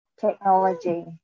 technology